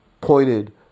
pointed